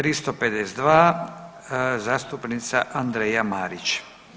352. zastupnica Andreja Marić.